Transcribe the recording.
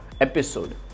episode